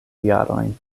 jarojn